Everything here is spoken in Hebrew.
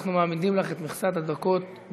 אנחנו מעמידים לך את מכסת הדקות במלואה.